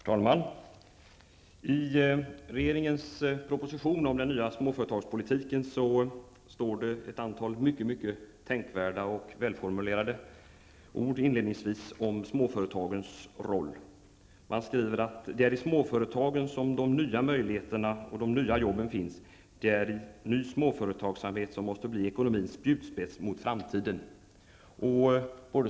Herr talman! Regeringens proposition om den nya småföretagspolitiken inleds med ett antal mycket tänkvärda och välformulerade ord om småföretagens roll: Det är i småföretagen som de nya möjligheterna och de nya jobben finns. Ny företagsamhet måste bli ekonomins spjutspets mot framtiden.